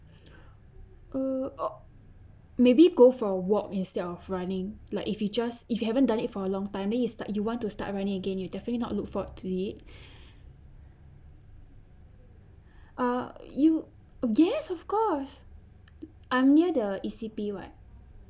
uh maybe go for a walk instead of running like if you just if you haven't done it for a long time then you start you want to start running again you definitely not look forward to it ah you yes of course I'm near the E_C_P [what]